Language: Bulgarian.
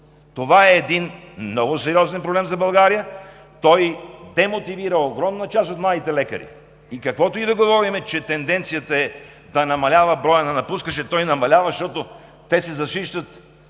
Това е един много сериозен проблем за България. Той демотивира огромна част от младите лекари и каквото и да говорим, че тенденцията е да намалява броят на напускащите, той намалява, защото клиниките